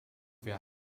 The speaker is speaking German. wir